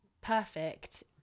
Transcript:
perfect